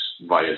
via